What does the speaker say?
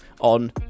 on